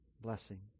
blessing